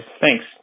thanks